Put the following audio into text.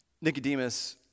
Nicodemus